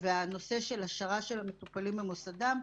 והנושא של השארה של המטופלים במוסדם,